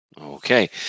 Okay